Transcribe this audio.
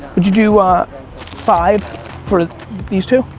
would you do five for these two?